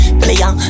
player